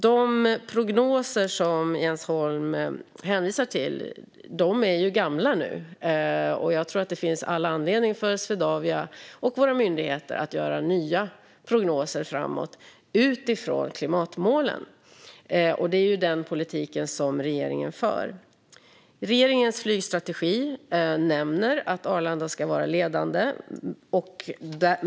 De prognoser som Jens Holm hänvisar till är gamla nu, och jag tror att det finns all anledning för Swedavia och våra myndigheter att göra nya prognoser framåt utifrån klimatmålen. Det är den politik som regeringen för. Regeringens flygstrategi nämner att Arlanda ska vara ledande.